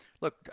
Look